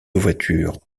voitures